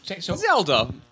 Zelda